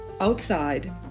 outside